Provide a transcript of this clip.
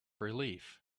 relief